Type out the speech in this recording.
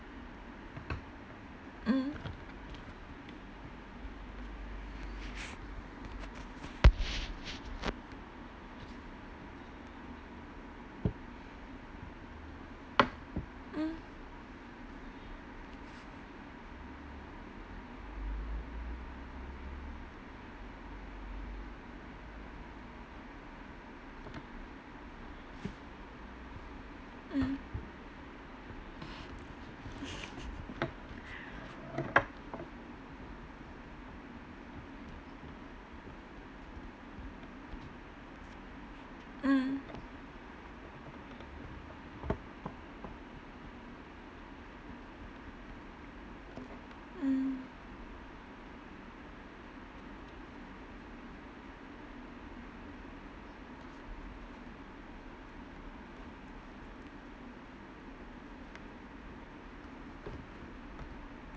mm mm mm mm mm